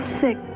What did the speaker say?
sick